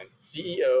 CEO